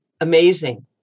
Amazing